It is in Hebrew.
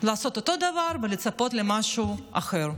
לעשות אותו דבר ולצפות למשהו אחר,